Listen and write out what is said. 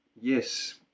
yes